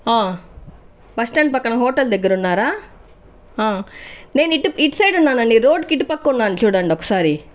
bus stand పక్కన hotel దగ్గర ఉన్నారా నేను ఇటు ఇటు సైడ్ ఉన్నానండి రోడ్డుకి ఇటు పక్క ఉన్నాను చూడండి ఒకసారి